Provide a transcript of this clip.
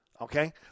okay